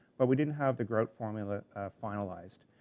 but we didn't have the grout formula finalized.